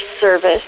service